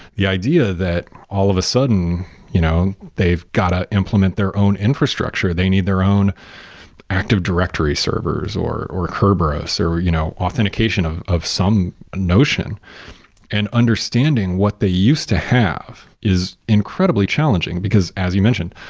the idea that all of a sudden you know they've got to implement their own infrastructure, they need their own active directory servers, or or kerberos, or you know authentication of of some notion and understanding what they used to have is incredibly challenging, because as you mentioned,